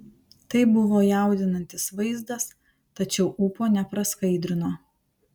tai buvo jaudinantis vaizdas tačiau ūpo nepraskaidrino